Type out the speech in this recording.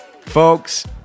Folks